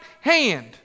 hand